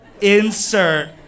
insert